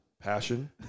passion